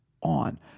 on